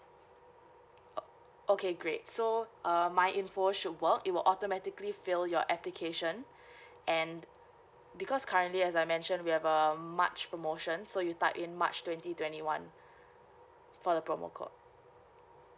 o~ okay great so err myinfo should work it will automatically fill your application and because currently as I mentioned we have a march promotion so you type in march twenty twenty one for the promo code